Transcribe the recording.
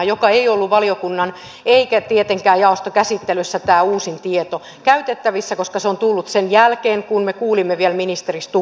tämä uusin tieto ei ollut valiokunnan eikä tietenkään jaoston käytettävissä koska se on tullut sen jälkeen kun me kuulimme vielä ministeri stubbia